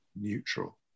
neutral